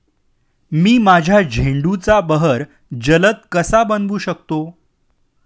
मी माझ्या झेंडूचा बहर जलद कसा बनवू शकतो?